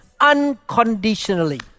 unconditionally